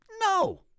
No